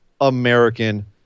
American